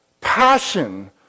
passion